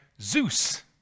Zeus